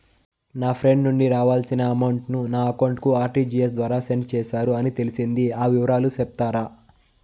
నా ఫ్రెండ్ నుండి రావాల్సిన అమౌంట్ ను నా అకౌంట్ కు ఆర్టిజియస్ ద్వారా సెండ్ చేశారు అని తెలిసింది, ఆ వివరాలు సెప్తారా?